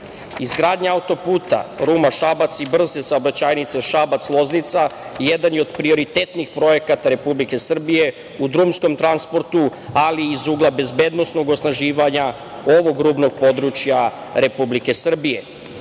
Srbiju. Izgradnja auto-puta Ruma-Šabac i brze saobraćajnice Šabac-Loznica, jedan je od prioritetnih projekata Republike Srbije u drumskom transportu, ali iz ugla bezbednosnog osnaživanja ovog rubnog područja Republike Srbije,